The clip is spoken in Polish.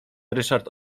ryszard